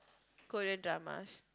Korean dramas